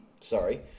Sorry